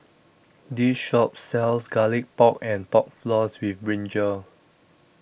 This Shop sells Garlic Pork and Pork Floss with Brinjal